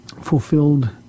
fulfilled